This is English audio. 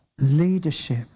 leadership